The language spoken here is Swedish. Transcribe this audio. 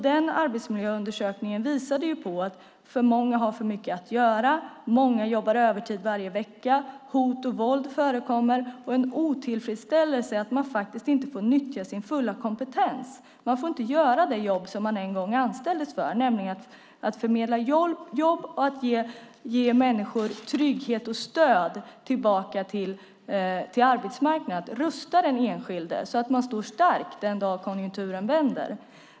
Den arbetsmiljöundersökningen visade att för många har för mycket att göra. Många jobbar övertid varje vecka. Hot och våld förekommer, och även en otillfredsställelse över att man inte får nyttja sin fulla kompetens. Man får inte göra det jobb som man en gång anställdes för, nämligen att förmedla jobb och ge människor trygghet och stöd att komma tillbaka till arbetsmarknaden, att rusta den enskilde så att den står stark den dag konjunkturen vänder.